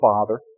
Father